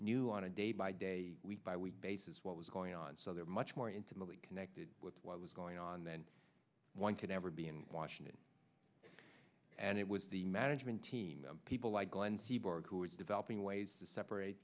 new on a day by day week by week basis what was going on so they're much more intimately connected with what was going on than one could ever be in washington and it was the management team people like glenn sieberg who were developing ways to separate